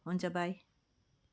हुन्छ बाई